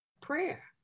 Prayer